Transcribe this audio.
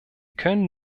können